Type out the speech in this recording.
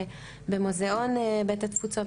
במוזיאון בית התפוצות,